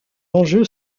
enjeu